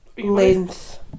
Length